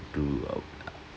to